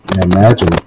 Imagine